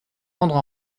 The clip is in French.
rendre